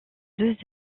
deux